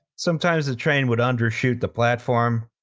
sometimes the train would undershoot the platform